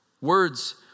words